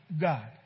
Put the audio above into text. God